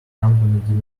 company